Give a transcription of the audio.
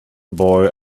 boy